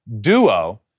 duo